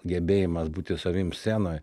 gebėjimas būti savim scenoj